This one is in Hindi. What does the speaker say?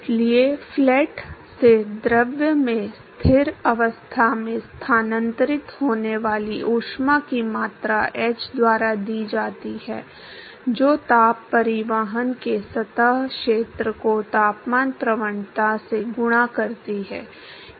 इसलिए प्लेट से द्रव में स्थिर अवस्था में स्थानांतरित होने वाली ऊष्मा की मात्रा h द्वारा दी जाती है जो ताप परिवहन के सतह क्षेत्र को तापमान प्रवणता से गुणा करती है